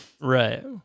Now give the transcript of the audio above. Right